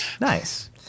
Nice